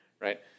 right